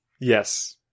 Yes